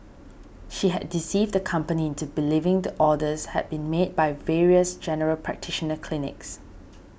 she had deceived the company into believing the orders had been made by various general practitioner clinics